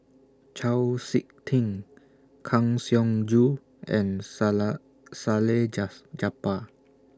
Chau Sik Ting Kang Siong Joo and Sala Salleh Japar